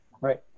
Right